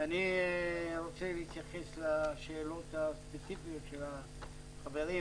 אני רוצה להתייחס לשאלות הספציפיות של החברים,